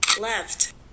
left